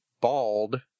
bald